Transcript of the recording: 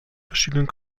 verschiedenen